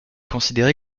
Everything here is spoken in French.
considéré